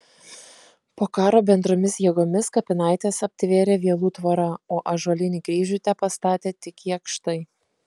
po karo bendromis jėgomis kapinaites aptvėrė vielų tvora o ąžuolinį kryžių tepastatė tik jakštai